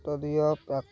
ସ୍ତରୀୟ